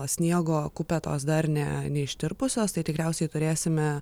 sniego kupetos dar ne neištirpusios tai tikriausiai turėsime